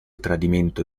tradimento